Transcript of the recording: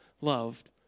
loved